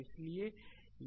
इसलिए यह